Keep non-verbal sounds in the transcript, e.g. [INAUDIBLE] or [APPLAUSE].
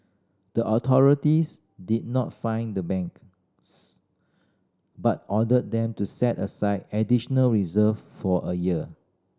the authorities did not fine the bank [UNINTELLIGIBLE] but ordered them to set aside additional reserve for a year